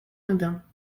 anodin